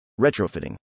Retrofitting